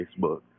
Facebook